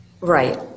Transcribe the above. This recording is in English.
Right